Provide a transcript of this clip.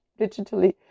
digitally